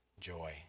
joy